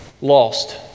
Lost